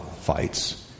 fights